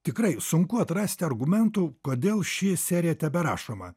tikrai sunku atrasti argumentų kodėl ši serija teberašoma